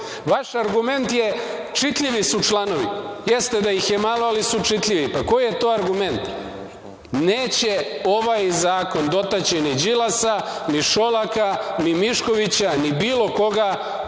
Vaš argument je – čitljivi su članovi, jeste da ih je malo, ali su čitljivi. Pa koji je to argument? Neće ovaj zakon dotaći ni Đilasa, ni Šolaka, ni Miškovića, ni bilo koga